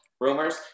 rumors